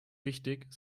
wichtig